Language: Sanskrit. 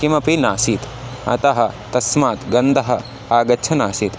किमपि नासीत् अतः तस्मात् गन्धः आगच्छन् आसीत्